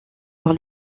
sur